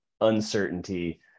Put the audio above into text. uncertainty